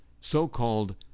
so-called